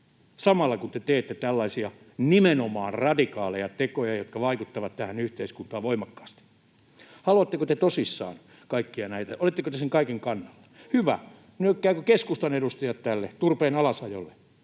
samalla kun te teette tällaisia, nimenomaan radikaaleja tekoja, jotka vaikuttavat tähän yhteiskuntaan voimakkaasti. Haluatteko te tosissaan kaikkia näitä, oletteko te sen kaiken kannalla? [Kimmo Kiljunen: Ollaan!] Hyvä. Nyökkäävätkö keskustan edustajat tälle turpeen alasajolle?